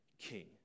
king